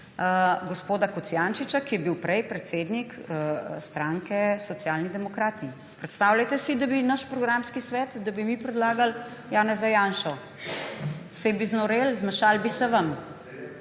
gospoda Kocjančiča, ki je bil prej predsednik stranke Socialni demokrati. Predstavljajte si, da bi v programski svet mi predlagali Janeza Janšo. Saj bi znoreli, zmešalo bi se vam.